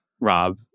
Rob